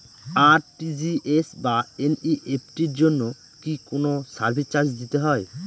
RTGS বা NEFT এর জন্য কি কোনো সার্ভিস চার্জ দিতে হয়?